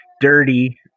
dirty